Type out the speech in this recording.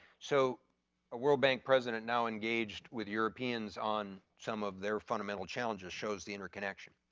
so a world bank president now engaged with europeans on some of their fundamental challenges shows the interconnection.